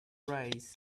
race